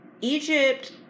Egypt